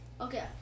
Okay